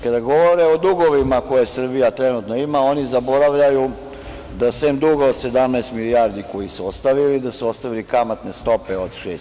Kada govore o dugovima koje Srbija trenutno ima, oni zaboravljaju da sem duga od 17 milijardi koji su ostavili, da su ostavili kamatne stope od 6%